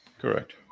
Correct